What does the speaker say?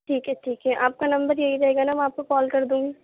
ٹھیک ہے ٹھیک ہے آپ کا نمبر یہی رہے گا نا میں آپ کو کال کر دوں گی